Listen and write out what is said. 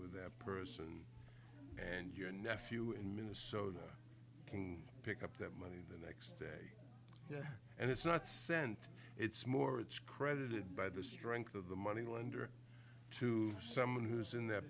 with that person and your nephew in minnesota can pick up that money the next day and it's not sent it's more it's credited by the strength of the money lender to someone who's in that